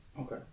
Okay